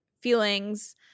feelings